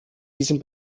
diesen